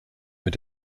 mit